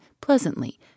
pleasantly